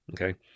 Okay